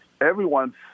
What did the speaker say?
everyone's